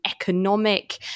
economic